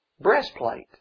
breastplate